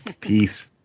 Peace